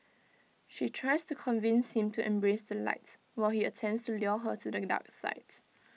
she tries to convince him to embrace the light while he attempts to lure her to the dark sides